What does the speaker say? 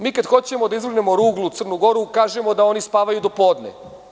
Mi kad hoćemo da izvrgnemo ruglu Crnu Goru, kažemo da oni spavaju do podne.